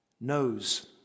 knows